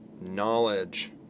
knowledge